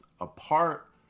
apart